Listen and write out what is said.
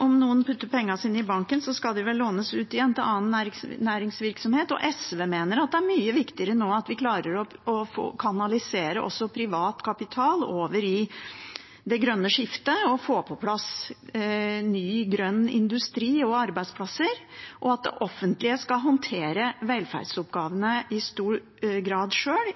Om noen putter pengene sine i banken, skal de vel lånes ut igjen til annen næringsvirksomhet. SV mener det er mye viktigere at vi nå klarer å kanalisere også privat kapital over i det grønne skiftet, få på plass ny, grønn industri og arbeidsplasser, og at det offentlige i stor grad skal håndtere velferdsoppgavene sjøl,